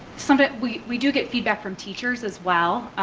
sometimes we we do get feedback from teachers as well.